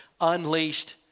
unleashed